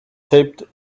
taped